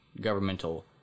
governmental